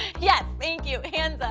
yes, thank you hands up.